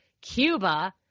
Cuba